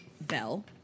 bell